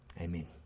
Amen